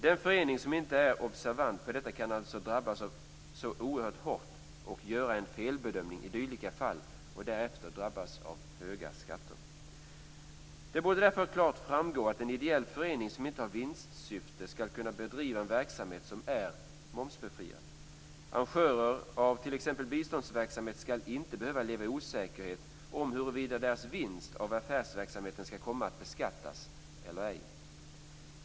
Den förening som inte är observant kan drabbas oerhört hårt, göra en felbedömning i dylika fall och därefter drabbas av höga skatter. Det borde därför klart framgå att en ideell förening som inte har vinstsyfte skall kunna bedriva en verksamhet som är momsbefriad. Arrangörer av t.ex. biståndsverksamhet skall inte behöva leva i osäkerhet om huruvida deras vinst från affärsverksamheten skall komma att beskattas eller ej.